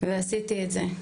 ועשיתי את זה.